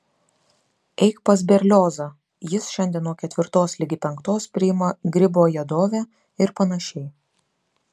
eik pas berliozą jis šiandien nuo ketvirtos ligi penktos priima gribojedove ir panašiai